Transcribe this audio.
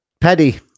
paddy